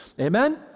Amen